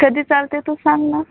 कधी चलते तू सांग न